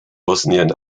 bosnien